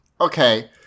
okay